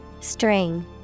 String